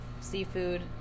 seafood